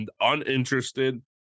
uninterested